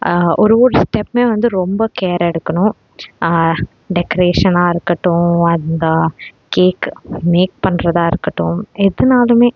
ஒரு ஒரு ஸ்டெப்மே வந்து ரொம்ப கேர் எடுக்கணும் டெக்ரேஷனாக இருக்கட்டும் அந்த கேக் மேக் பண்ணுறதா இருக்கட்டும் எதுனாலும்